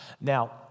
Now